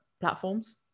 platforms